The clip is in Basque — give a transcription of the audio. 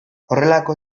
horrelako